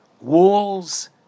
walls